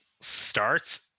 starts